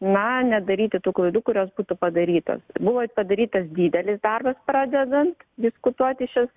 na nedaryti tų klaidų kurios būtų padarytos buvo padarytas didelis darbas pradedant diskutuoti šiuos